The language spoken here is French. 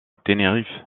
tenerife